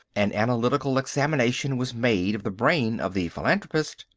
an analytical examination was made of the brain of the philanthropist.